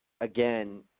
Again